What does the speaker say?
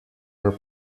are